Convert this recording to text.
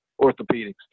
orthopedics